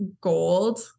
gold